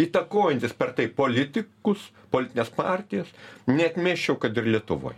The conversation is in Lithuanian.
įtakojantis per tai politikus politines partijas neatmesčiau kad ir lietuvoj